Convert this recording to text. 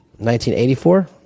1984